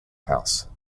house